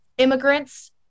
immigrants